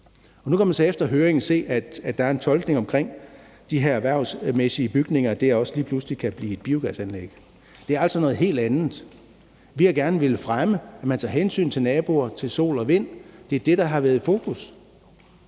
nu kan man så efter høringen se, at der er en tolkning omkring de her erhvervsmæssige bygninger, i forhold til at det også lige pludselig kan blive et biogasanlæg. Det er altså noget helt andet. Vi har gerne villet fremme, at man tager hensyn til naboer i forhold til energi fra sol og vind. Det er det, der har været i fokus,